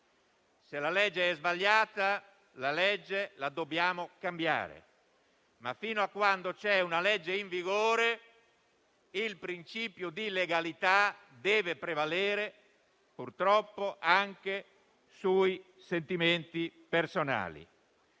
se la legge è sbagliata, la dobbiamo cambiare, ma fino a quando una legge è in vigore, il principio di legalità deve prevalere, purtroppo, anche sui sentimenti personali.